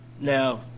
Now